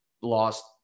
Lost